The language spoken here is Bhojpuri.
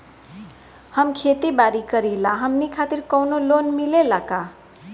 हम खेती बारी करिला हमनि खातिर कउनो लोन मिले ला का?